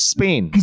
Spain